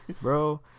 Bro